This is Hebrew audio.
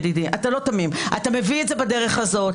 ידידי אתה מביא את זה בדרך הזאת,